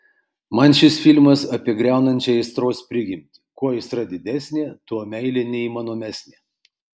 man šis filmas apie griaunančią aistros prigimtį kuo aistra didesnė tuo meilė neįmanomesnė